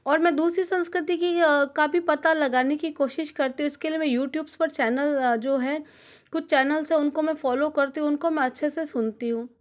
और मैं दूसरी संस्कृति की काफ़ी पता लगाने की कोशिश करती हूँ इसके लिए यूट्यूबस पर चैनल जो हैं कुछ चैनल्स हैं उनको मैं फॉलो करती हूँ उनको मैं अच्छे से सुनती हूँ